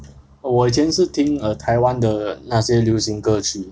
oh 我以前是听 err 台湾的那些流行歌曲